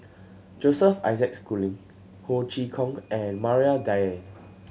Joseph Isaac Schooling Ho Chee Kong and Maria Dyer